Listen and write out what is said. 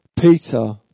Peter